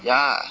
ya